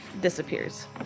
disappears